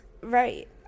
Right